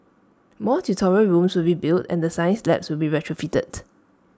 more tutorial rooms will be built and the science labs will be retrofitted